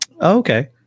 okay